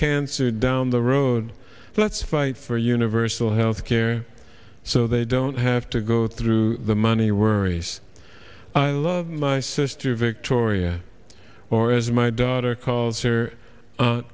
cancer down the road let's fight for universal health care so they don't have to go through the money worries i love my sister victoria or as my daughter calls